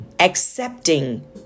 accepting